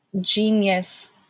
genius